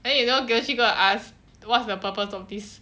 then you know giltry go and ask what's the purpose of this